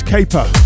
Caper